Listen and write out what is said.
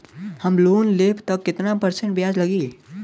हम लोन लेब त कितना परसेंट ब्याज लागी?